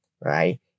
right